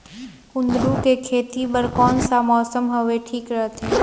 कुंदूरु के खेती बर कौन सा मौसम हवे ठीक रथे?